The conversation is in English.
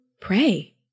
pray